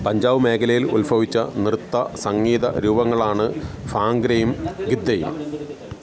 പഞ്ചാബ് മേഖലയില് ഉത്ഭവിച്ച നൃത്ത സംഗീത രൂപങ്ങളാണ് ഫാംഗ്രയും ഗിദ്ദയും